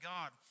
God